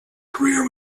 career